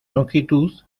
longitud